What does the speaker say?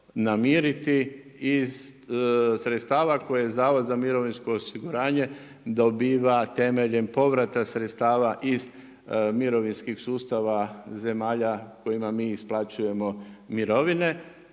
namiriti iz sredstava koje zavod za mirovinsko osiguranje dobiva temeljem povrata sredstava iz mirovinskih sustava zemalja kojima mi isplaćujemo mirovine.